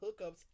hookups